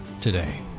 today